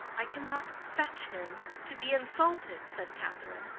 i cannot fetch him to be insulted, said catherine.